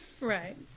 Right